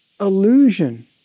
illusion